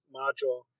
module